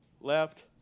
left